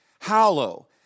hollow